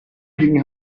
gegen